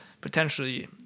potentially